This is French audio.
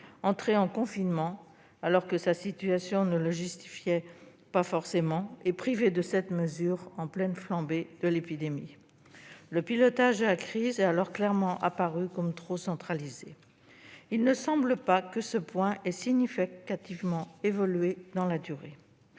entrée en confinement alors que sa situation ne le justifiait pas forcément et privée de cette mesure en pleine flambée de l'épidémie. Le pilotage de la crise s'est alors clairement révélé comme trop centralisé et il ne semble pas que ce point ait significativement évolué dans la durée.